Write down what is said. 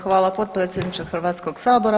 Hvala potpredsjedniče Hrvatskog sabora.